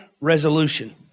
resolution